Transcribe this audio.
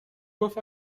گفت